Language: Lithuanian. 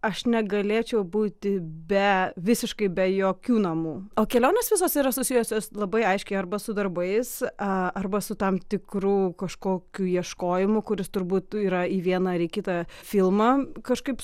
aš negalėčiau būti be visiškai be jokių namų o kelionės visos yra susijusios labai aiškiai arba su darbais arba su tam tikrų kažkokių ieškojimų kuris turbūt yra į vieną ar į kitą filmą kažkaip